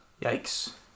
Yikes